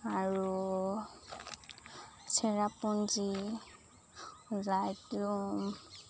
আৰু চেৰাপুঞ্জী জাইটুম